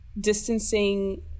distancing